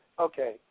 Okay